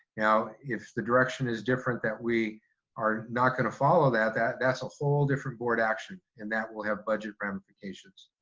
now, if the direction is different that we are not gonna follow that, that's a whole different board action, and that will have budget ramifications.